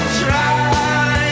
try